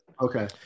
okay